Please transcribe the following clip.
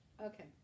okay